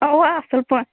اَوا اَصٕل پٲٹھۍ